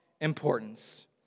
importance